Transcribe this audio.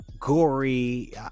gory